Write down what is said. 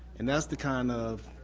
and that's the kind of